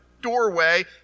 doorway